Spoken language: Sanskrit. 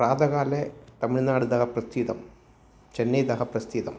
प्रातःकाले तमिल्नाडुतः प्रस्थितं चन्नैतः प्रस्थितम्